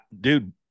dude